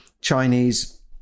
Chinese